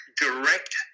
direct